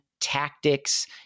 tactics